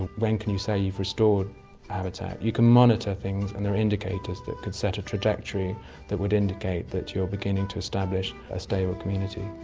when can you say you've restored habitat. you can monitor things and there are indicators that could set a trajectory that would indicate that you're beginning to establish a stable community